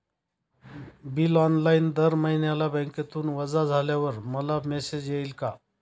Bill online दर महिन्याला बँकेतून वजा झाल्यावर मला मेसेज येईल का?